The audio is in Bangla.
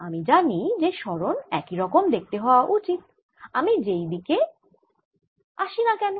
আমি জানি যে সরণ একই রকম দেখতে হওয়া উচিত আমি যেই দিক দিয়ে আসি না কেন